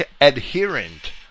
adherent